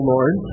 Lord